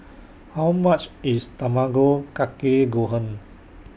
How much IS Tamago Kake Gohan